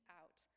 out